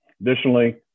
Additionally